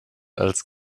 als